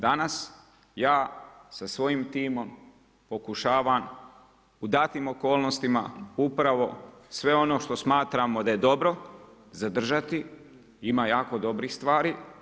Danas, ja sa svojim timom, pokušavam, u datim okolnostima, upravo sve ono što smatram da je dobro, zadržati, ima jako dobrih stvari.